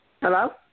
Hello